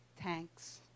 tanks